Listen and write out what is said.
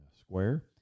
square